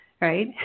right